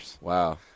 Wow